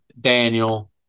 Daniel